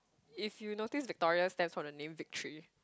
if you notice Victoria stands for the name victory